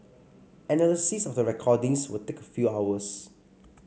analysis of the recordings would take a few hours